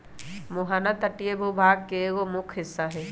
मुहाना तटीय भूभाग के एगो मुख्य हिस्सा हई